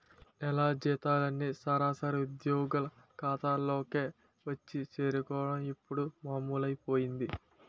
నెల జీతాలన్నీ సరాసరి ఉద్యోగుల ఖాతాల్లోకే వచ్చి చేరుకోవడం ఇప్పుడు మామూలైపోయింది